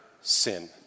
sin